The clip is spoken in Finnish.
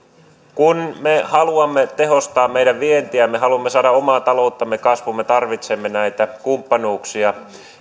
kun me haluamme tehostaa meidän vientiämme haluamme saada omaa talouttamme kasvuun me tarvitsemme näitä kumppanuuksia